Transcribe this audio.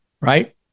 right